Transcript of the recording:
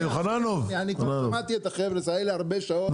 אני שמעתי את החבר'ה האלה המון שעות,